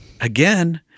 again